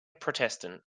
protestant